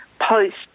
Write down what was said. post